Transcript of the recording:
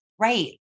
Right